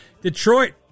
Detroit